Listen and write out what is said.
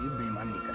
the